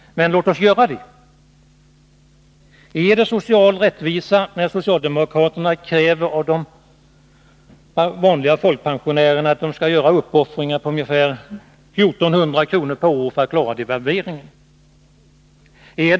Men låt oss göra det! Är det social rättvisa när socialdemokraterna kräver av de vanliga folkpensionärerna att de skall göra uppoffringar på ungefär 1 400 kr. per år för att klara devalveringen?